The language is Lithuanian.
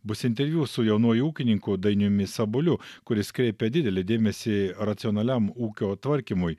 bus interviu su jaunuoju ūkininku dainiumi sabuliu kuris kreipia didelį dėmesį racionaliam ūkio tvarkymui